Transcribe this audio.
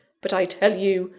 but i tell you,